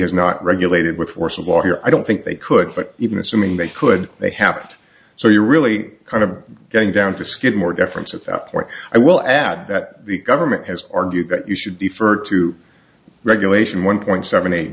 has not regulated with force of law here i don't think they could but even assuming they could they happened so you really kind of going down to skidmore difference at that point i will add that the government has argued that you should be for two regulation one point seven eight